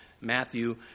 Matthew